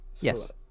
yes